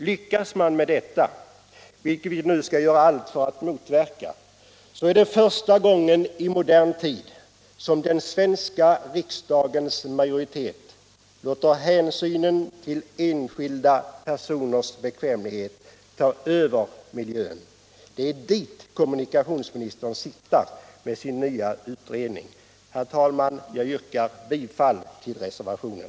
Lyckas man med detta, vilket vi nu skall göra allt för att motverka, är det första gången i modern tid som den svenska riksdagens majoritet låter hänsynen till enskilda personers bekvämlighet ta över hänsynen till miljön. Det är dit kommunikationsministern siktar med sin nya utredning. Herr talman! Jag yrkar bifall till reservationen.